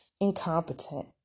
Incompetent